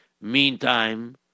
Meantime